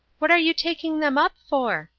what are you taking them up for?